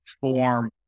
form